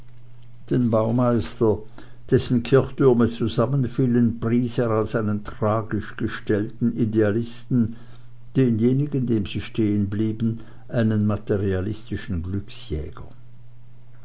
den baumeister dessen kirchtürme zusammenfielen pries er als einen tragisch gestellten idealisten denjenigen dem sie stehenblieben einen materialistischen glücksjäger